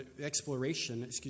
exploration